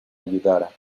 ayudara